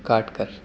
کاٹ کر